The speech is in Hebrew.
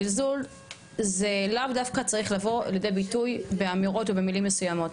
זלזול זה לאו דווקא צריך לבוא לידי ביטוי באמירות ובמילים מסוימות,